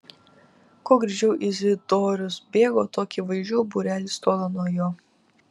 kuo greičiau izidorius bėgo tuo akivaizdžiau būrelis tolo nuo jo